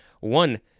One